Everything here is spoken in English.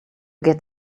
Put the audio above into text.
get